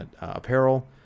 apparel